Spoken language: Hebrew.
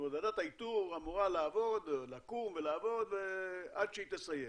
ועדת האיתור אמורה לקום ולעבוד עד שהיא תסיים.